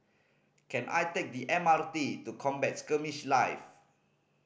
can I take the M R T to Combat Skirmish Live